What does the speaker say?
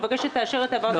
הוא מבקש שתאשר את העברה.